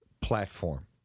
platform